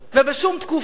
בשום תקופה